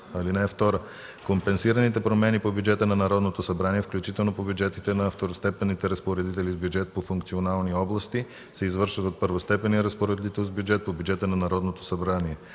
власт. (2) Компенсираните промени по бюджета на Народното събрание, включително по бюджетите на второстепенните разпоредители с бюджет по функционални области, се извършват от първостепенния разпоредител с бюджет по бюджета на Народното събрание.